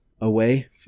away